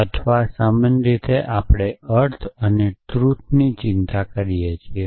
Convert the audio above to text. અથવા સામાન્ય રીતે આપણે અર્થ અને ટ્રુથની ચિંતા કરીએ છીએ